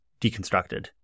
deconstructed